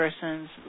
persons